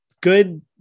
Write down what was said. Good